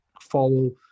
follow